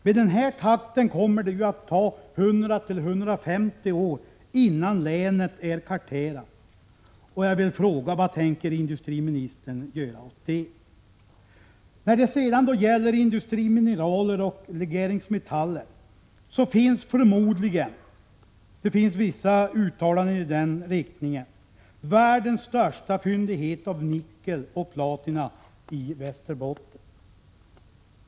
Med den takten kommer det att ta 100-150 år innan länet är karterat, och jag vill fråga vad industriministern vill göra åt det. När det sedan gäller industrimineraler och legeringsmetaller finns förmod ligen — enligt vissa uttalanden i den riktningen — världens största fyndighet av nickel och platina i Västerbotten.